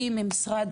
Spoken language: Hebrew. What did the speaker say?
היא ממשרד